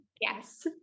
yes